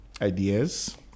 ideas